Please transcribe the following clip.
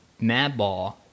Madball